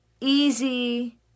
easy